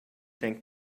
think